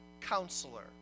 counselor